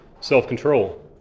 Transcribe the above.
self-control